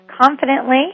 confidently